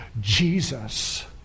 Jesus